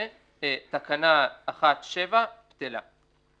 " תקנה (1)(7) - בטלה."